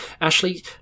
ashley